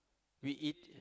we eat